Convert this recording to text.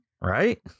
right